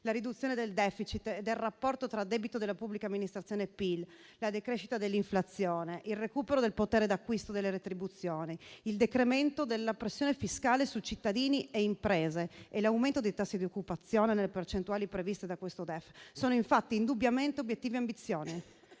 la riduzione del *deficit* e del rapporto tra debito della pubblica amministrazione e PIL, la decrescita dell'inflazione, il recupero del potere d'acquisto delle retribuzioni, il decremento della pressione fiscale su cittadini e imprese e l'aumento dei tassi di occupazione nelle percentuali previste da questo DEF, infatti, sono indubbiamente obiettivi ambiziosi.